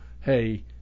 hey